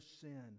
sin